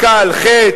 מכה על חטא,